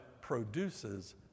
produces